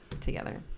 together